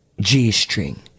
G-string